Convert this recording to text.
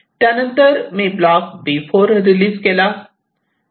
त्यानंतर मी block B4 release केला